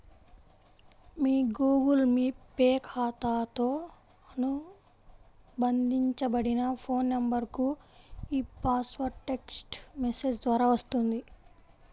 మీ Google Pay ఖాతాతో అనుబంధించబడిన phone నంబర్కు ఈ పాస్వర్డ్ టెక్ట్స్ మెసేజ్ ద్వారా వస్తుంది